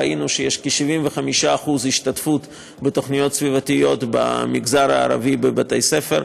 ראינו שיש כ-75% השתתפות בתוכניות סביבתיות במגזר הערבי בבתי-הספר,